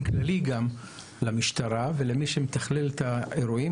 כללי למשטרה ולמי שמתכלל את האירועים.